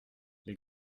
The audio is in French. les